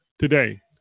Today